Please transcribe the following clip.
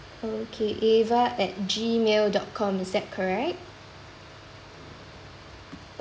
okay ava at gmail dot com is that correct